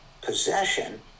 possession